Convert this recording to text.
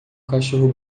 cachorro